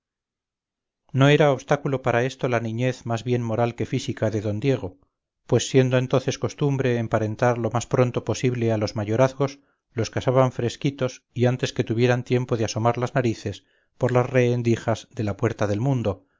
no era obstáculo para esto la niñez más bien moral que física de don diego pues siendo entonces costumbre emparentar lo más pronto posible a los mayorazgos los casaban fresquitos y antes que tuvieran tiempo de asomar las narices por las rehendijas de la puerta del mundo